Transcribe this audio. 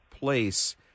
place